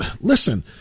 listen